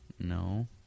No